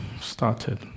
started